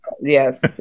Yes